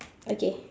okay